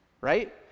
right